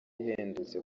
ihendutse